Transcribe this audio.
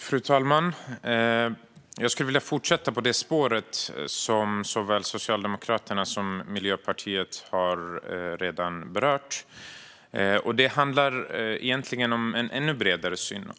Fru talman! Jag skulle vilja fortsätta på det spår som såväl Socialdemokraterna som Miljöpartiet redan har berört. Det handlar egentligen om en ännu bredare syn.